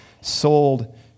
sold